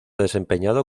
desempeñado